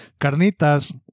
carnitas